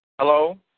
Hello